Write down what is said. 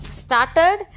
started